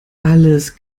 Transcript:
alles